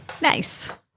Nice